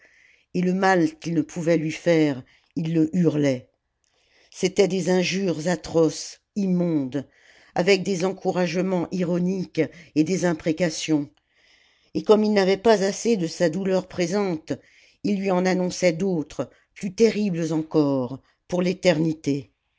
et le mal qu'ils ne pouvaient lui faire ils le hurlaient c'étaient des injures atroces immondes avec des encouragements ironiques et des imprécations et comme ils n'avaient pas assez de sa douleur présente ils lui en annonçaient d'autres plus terribles encore pour l'éternité